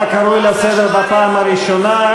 אתה קרוא לסדר בפעם הראשונה.